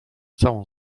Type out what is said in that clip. całą